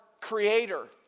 creator